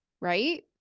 Right